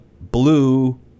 blue